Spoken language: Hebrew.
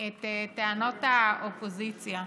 את טענות האופוזיציה.